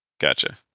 Gotcha